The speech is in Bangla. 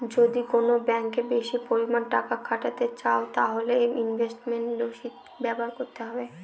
যদি কোন ব্যাঙ্কে বেশি পরিমানে টাকা খাটাতে চাও তাহলে ইনভেস্টমেন্ট রিষিভ ব্যবহার করতে হবে